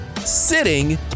sitting